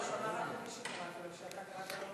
אבל הוא שמע רק אותי שקראתי לו.